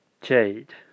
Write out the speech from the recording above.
jade